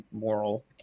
moral